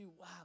wow